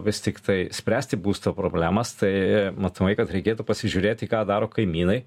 vis tiktai spręsti būsto problemas tai matomai kad reikėtų pasižiūrėti ką daro kaimynai